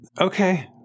Okay